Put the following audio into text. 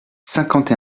cinquante